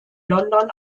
london